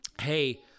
Hey